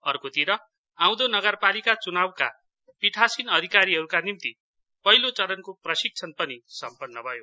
अर्कोतिर आउँदो नगरपालिका चुनाउका पिठासिन अधिकारीहरूका निम्ति पहिलो चरणको प्रशिक्षण पनि सम्पन्न भयो